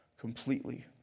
completely